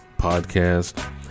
podcast